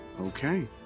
Okay